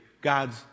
God's